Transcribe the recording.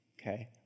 okay